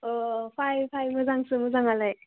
अ फै फै मोजांसो मोजांआलाय